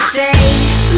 face